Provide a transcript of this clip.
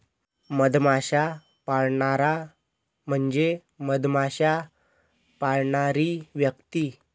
मधमाश्या पाळणारा म्हणजे मधमाश्या पाळणारी व्यक्ती